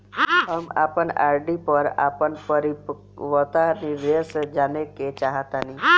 हम अपन आर.डी पर अपन परिपक्वता निर्देश जानेके चाहतानी